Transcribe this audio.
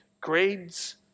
grades